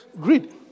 Greed